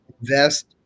invest